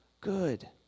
good